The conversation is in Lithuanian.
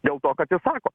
dėl to kad jis sako